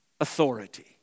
authority